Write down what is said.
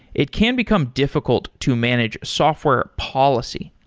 it can become difficult to manage software policy.